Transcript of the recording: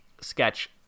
sketch